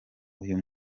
uyu